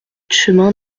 chemin